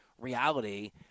reality